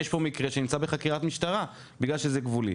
יש פה מקרה שנמצא בחקירת משטרה בגלל שזה גבולי.